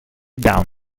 down